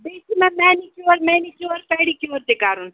بیٚیہِ چھُ مےٚ مٮ۪نِکیو مٮ۪نِکیور پٮ۪ڈِکیور تہِ کَرُن